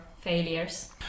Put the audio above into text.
failures